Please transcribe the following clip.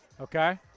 Okay